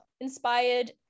inspired